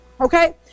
Okay